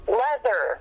leather